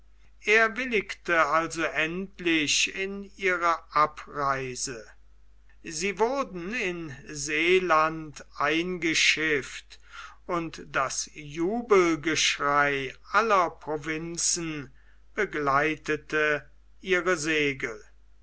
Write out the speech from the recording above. er willigte also endlich in ihre abreise sie wurden in seeland eingeschifft und das jubelgeschrei aller provinzen begleitete ihre segel